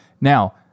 Now